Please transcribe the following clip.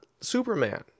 Superman